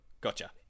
Gotcha